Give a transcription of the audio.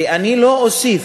ואני לא אוסיף,